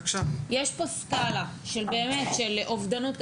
יש פה סקאלה של אובדנות,